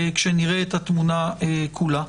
כשנראה את התמונה כולה.